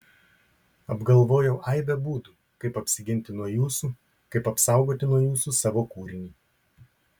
apgalvojau aibę būdų kaip apsiginti nuo jūsų kaip apsaugoti nuo jūsų savo kūrinį